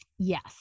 Yes